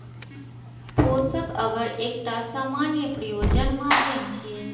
पोषक अगर एकटा सामान्य प्रयोजन माध्यम छियै